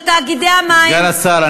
שתאגידי המים סגן השר,